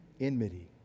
enmity